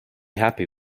happy